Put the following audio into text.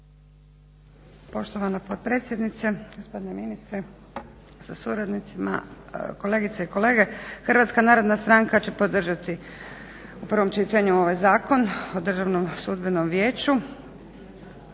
Poštovana potpredsjednice, gospodine ministre sa suradnicima, kolegice i kolege. HNS će podržati u prvom čitanju ovaj Zakon o Državnom sudbenom vijeću.